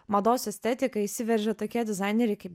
mados estetiką įsiveržia tokie dizaineriai kaip